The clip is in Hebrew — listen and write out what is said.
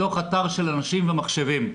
מתוך האתר של אנשים ומחשבים.